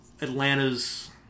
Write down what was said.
Atlanta's